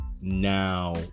now